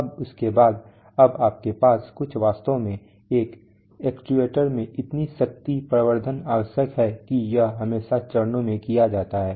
अब इसके बाद अब आपके पास कुछ वास्तव में एक एक्चुएटर्स में इतनी पावर एम्प्लीफिकेशन आवश्यक है कि यह हमेशा चरणों में किया जाता है